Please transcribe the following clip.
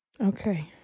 Okay